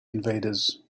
invaders